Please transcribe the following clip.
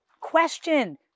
question